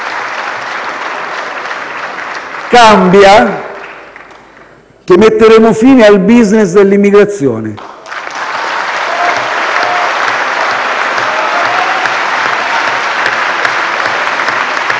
Cambia che metteremo fine al *business* dell'immigrazione.